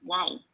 Wow